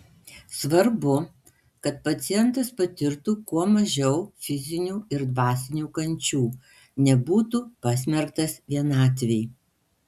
svarbu kad pacientas patirtų kuo mažiau fizinių ir dvasinių kančių nebūtų pasmerktas vienatvei